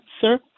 sir